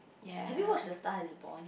have you watched the Star-Is-Born